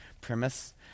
premise